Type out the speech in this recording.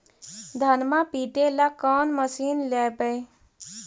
धनमा पिटेला कौन मशीन लैबै?